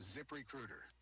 ZipRecruiter